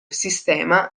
sistema